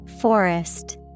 Forest